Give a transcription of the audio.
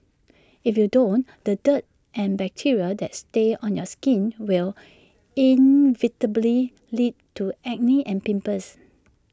if you don't want the dirt and bacteria that stays on your skin will inevitably lead to acne and pimples